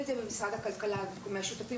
אם זה ממשרד הכלכלה או משותפים